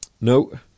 no